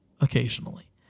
occasionally